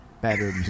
better